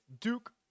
duke